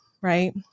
right